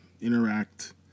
interact